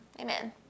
Amen